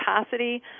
capacity